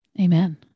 Amen